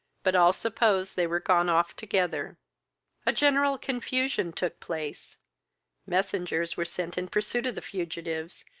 but all supposed they were gone off together a general confusion took place messengers were sent in pursuit of the fugitives,